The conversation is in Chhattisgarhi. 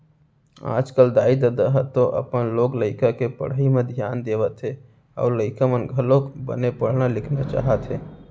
आजकल दाई ददा ह तो अपन लोग लइका के पढ़ई म धियान देवत हे अउ लइका मन घलोक बने पढ़ना लिखना चाहत हे